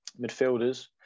Midfielders